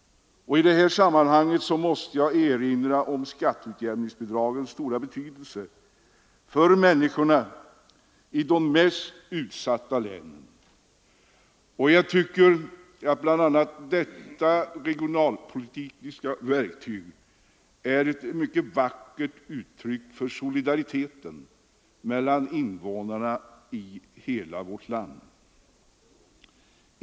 I det här sammanhanget kan erinras om skatteutjämningsbidragens stora betydelse för människorna i de mest utsatta länen. Jag tycker att bl.a. detta regionalpolitiska verktyg är ett vackert uttryck för solidariteten mellan invånarna i hela vårt land.